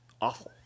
awful